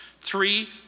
Three